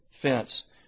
fence